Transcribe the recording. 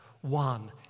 One